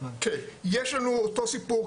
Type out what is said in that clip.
יש לנו אותו סיפור,